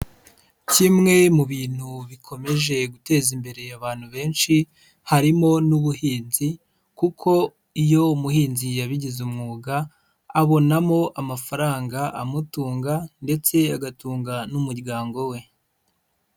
Kimwe mu bintu bikomeje guteza imbere abantu benshi, harimo n'ubuhinzi, kuko iyo umuhinzi yabigize umwuga, abonamo amafaranga amutunga ndetse agatunga n'umuryango we.